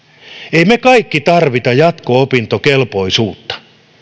emme me kaikki tarvitse jatko opintokelpoisuutta